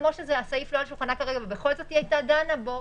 כמו שהסעיף לא על שולחנה כרגע ובכל זאת היא הייתה דנה בו,